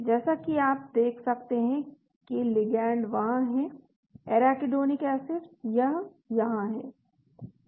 जैसा कि आप देख सकते हैं कि लिगैंड वहां हैं एराकिडोनिक एसिड यह यहां है